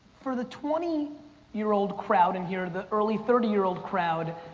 for the twenty year old crowd in here, the early thirty year old crowd,